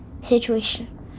situation